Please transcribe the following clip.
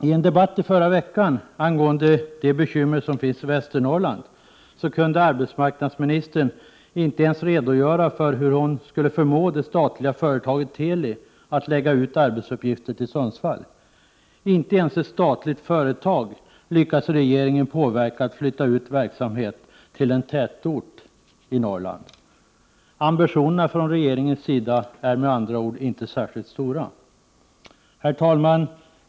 I en debatt i förra veckan angående de bekymmer som finns i Västernorrland kunde arbetsmarknadsministern inte ens redogöra för hur hon skulle kunna förmå det statliga företaget Teli att lägga ut arbetsuppgifter till Sundsvall. Regeringen lyckas inte ens påverka ett statligt företag att flytta ut verksamhet till en tätort i Norrland. Ambitionerna från regeringens sida är med andra ord inte särskilt stora. Herr talman!